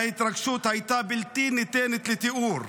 ההתרגשות הייתה בלתי ניתנת לתיאור.